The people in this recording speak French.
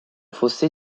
fossé